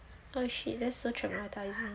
oh shit they are such a tyrant